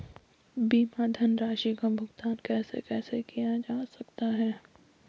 बीमा धनराशि का भुगतान कैसे कैसे किया जा सकता है?